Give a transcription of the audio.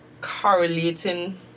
correlating